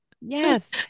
Yes